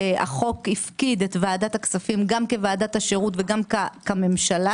החוק הפקיד את ועדת הכספים גם כוועדת השירות וגם כממשלה.